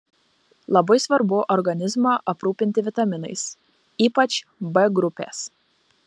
labai svarbu organizmą aprūpinti vitaminais ypač b grupės